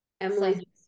emily